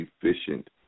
efficient